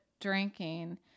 drinking